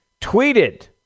tweeted